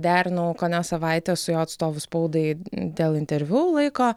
derinau kone savaitę su jo atstovu spaudai dėl interviu laiko